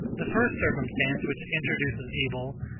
the first circumstance which introduces evil,